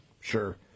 Sure